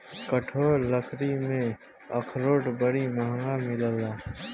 कठोर लकड़ी में अखरोट बड़ी महँग मिलेला